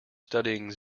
studying